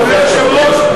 אדוני היושב-ראש,